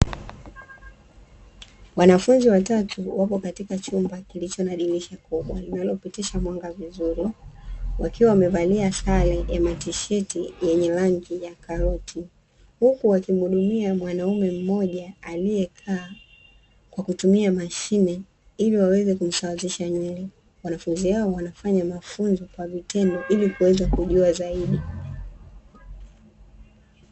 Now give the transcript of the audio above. Wanafunzi watatu wako katika chumba kilicho na dirisha kubwa linalopitisha mwanga vizuri, wakiwa wamevalia sare ya matisheti yenye rangi ya karoti, huku wakimuhudumia mwanaume mmoja aliyekaa kwa kutumia mashine ili waweze kumsawazisha nywele. Wanafunzi hao wanafanya mafunzo kwa vitendo ili kuweza kujua zaidi.